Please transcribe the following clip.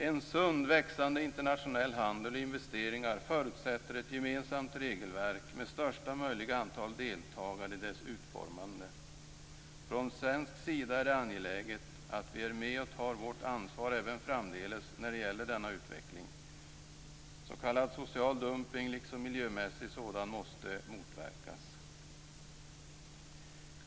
En sund växande internationell handel och investeringar förutsätter ett gemensamt regelverk och att största möjliga antal deltar i dess utformande. Från svensk sida är det angeläget att vi är med och tar vårt ansvar även framdeles när det gäller denna utveckling. S.k. social dumping, liksom miljömässig sådan, måste motverkas.